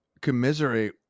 commiserate